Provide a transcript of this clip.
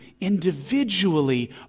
individually